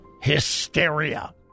hysteria